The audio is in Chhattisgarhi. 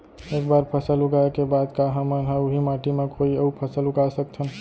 एक बार फसल उगाए के बाद का हमन ह, उही माटी मा कोई अऊ फसल उगा सकथन?